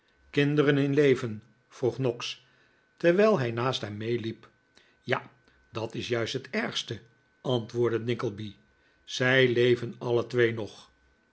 kinderen in leven vroeg noggs terwijl hij naast hem meeliep ja dat is juist het ergste antwoordde nickleby zij leven alle twee nog